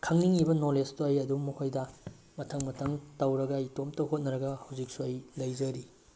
ꯈꯪꯅꯤꯡꯏꯕ ꯅꯣꯂꯦꯖꯇꯣ ꯑꯩ ꯑꯗꯨꯝ ꯃꯈꯣꯏꯗ ꯃꯊꯪ ꯃꯊꯪ ꯇꯧꯔꯒ ꯑꯩ ꯏꯇꯣꯝꯇ ꯍꯣꯠꯅꯔꯒ ꯍꯧꯖꯤꯛꯁꯨ ꯑꯩ ꯂꯩꯖꯔꯤ